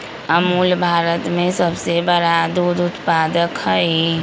अमूल भारत में सबसे बड़ा दूध उत्पादक हई